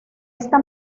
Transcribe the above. esta